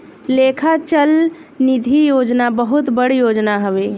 लेखा चल निधी योजना बहुत बड़ योजना हवे